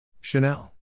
Chanel